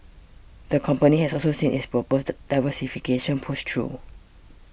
the company has also seen its proposed diversification pushed through